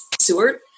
seward